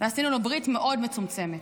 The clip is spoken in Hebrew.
ועשינו לו ברית מאוד מצומצמת.